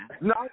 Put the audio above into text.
No